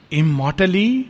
immortally